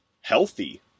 healthy